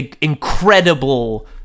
incredible